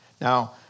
Now